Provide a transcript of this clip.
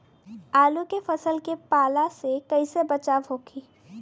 आलू के फसल के पाला से कइसे बचाव होखि?